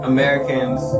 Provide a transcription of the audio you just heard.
Americans